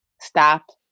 stop